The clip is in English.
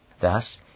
Thus